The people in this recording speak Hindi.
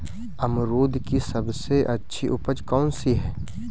अमरूद की सबसे अच्छी उपज कौन सी है?